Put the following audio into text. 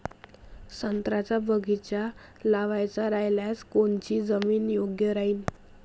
संत्र्याचा बगीचा लावायचा रायल्यास कोनची जमीन योग्य राहीन?